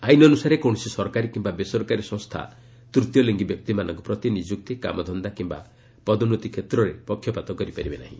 ଆଇନ୍ ଅନୁସାରେ କୌଣସି ସରକାରୀ କିମ୍ବା ବେସରକାରୀ ସଂସ୍ଥା ତୂତୀୟ ଲିଙ୍ଗୀ ବ୍ୟକ୍ତିମାନଙ୍କ ପ୍ରତି ନିଯୁକ୍ତି କାମଧନ୍ଦା କିମ୍ବା ପଦୋନ୍ନତି କ୍ଷେତ୍ରରେ ପକ୍ଷପାତ କରିପାରିବେ ନାହିଁ